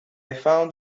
found